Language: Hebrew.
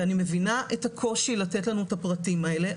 אני מבינה את הקושי לתת לנו את הפרטים האלה,